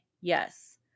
Yes